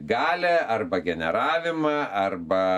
galią arba generavimą arba